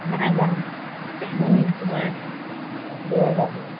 নাই নাই নাই